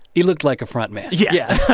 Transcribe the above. he looked like a front man, yeah